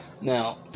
Now